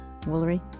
Woolery